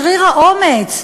שריר האומץ.